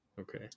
Okay